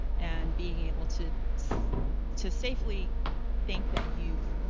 and being able to to safely think that you've